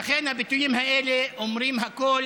ולכן הביטויים האלה אומרים הכול